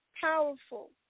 powerful